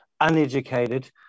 uneducated